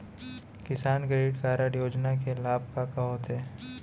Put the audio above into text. किसान credit card योजना के लाभ का का होथे?